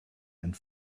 and